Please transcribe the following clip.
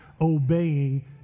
obeying